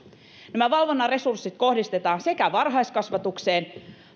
nämä valvonnan resurssit kohdistetaan sekä varhaiskasvatukseen